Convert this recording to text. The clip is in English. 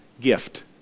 gift